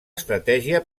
estratègia